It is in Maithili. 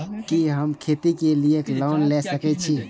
कि हम खेती के लिऐ लोन ले सके छी?